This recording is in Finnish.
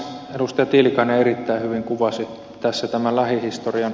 edustaja tiilikainen erittäin hyvin kuvasi tämän lähihistorian